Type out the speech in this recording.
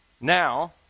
Now